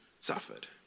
suffered